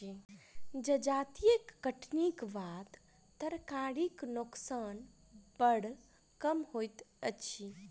जजाति कटनीक बाद तरकारीक नोकसान बड़ कम होइत अछि